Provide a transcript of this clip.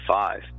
five